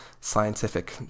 scientific